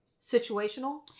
situational